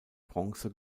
bronze